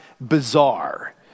bizarre